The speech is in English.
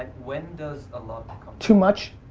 when does a lot become too much?